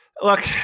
Look